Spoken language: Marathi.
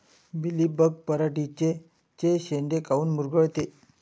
मिलीबग पराटीचे चे शेंडे काऊन मुरगळते?